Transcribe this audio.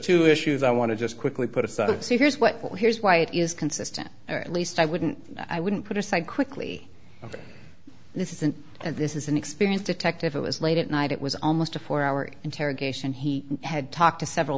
two issues i want to just quickly put aside see here's what here's why it is consistent or at least i wouldn't i wouldn't put aside quickly this isn't and this is an experience detective it was late at night it was almost a four hour interrogation he had talked to several